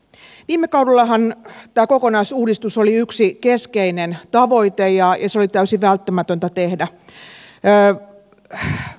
viime kaudellahan tämä kokonaisuudistus oli yksi keskeinen tavoite ja se oli täysin välttämätöntä tehdä